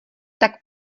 tak